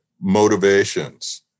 motivations